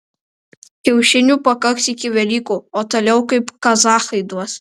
kiaušinių pakaks iki velykų o toliau kaip kazachai duos